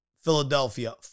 Philadelphia